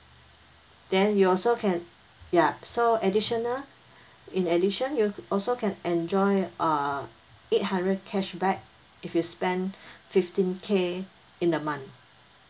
then you also can ya so additional in addition you also can enjoy err eight hundred cashback if you spent fifteen K in the month